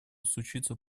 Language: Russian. случится